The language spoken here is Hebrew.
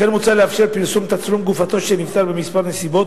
לכן מוצע לאפשר פרסום תצלום גופתו של נפטר במספר נסיבות,